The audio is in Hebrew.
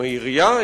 עם העירייה,